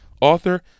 author